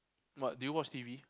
but do you watch T_V